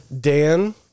Dan